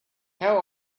how